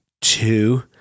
two